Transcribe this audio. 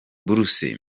buruse